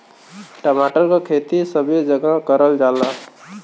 टमाटर क खेती सबे जगह करल जाला